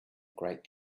great